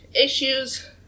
issues